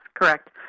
correct